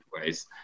ways